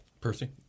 percy